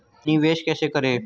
निवेश कैसे करें?